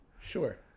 Sure